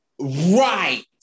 Right